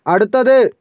അടുത്തത്